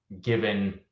given